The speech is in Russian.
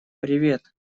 привет